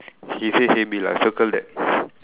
he said he'll be like circle that